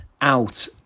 out